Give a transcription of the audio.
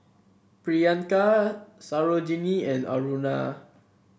Priyanka Sarojini and Aruna